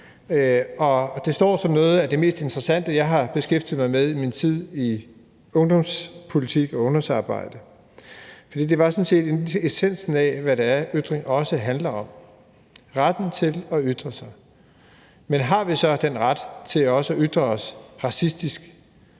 det står som noget af det mest interessante, jeg har beskæftiget mig med i min tid i ungdomspolitik og ungdomsarbejde, for det var sådan set essensen af, hvad ytringsfrihed også handler om, nemlig retten til at ytre sig. Men har vi så den ret til også at ytre os racistisk,